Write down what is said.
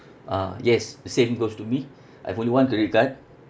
ah yes the same goes to me I've only one credit card